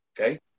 okay